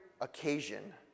occasion